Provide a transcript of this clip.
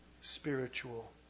spiritual